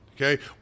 Okay